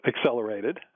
accelerated